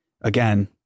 Again